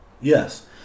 Yes